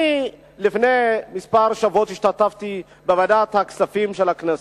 לפני כמה שבועות השתתפתי בישיבה של ועדת הכספים של הכנסת.